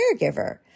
caregiver